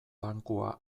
bankua